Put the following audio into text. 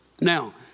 Now